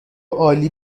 عالی